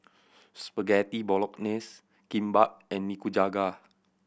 Spaghetti Bolognese Kimbap and Nikujaga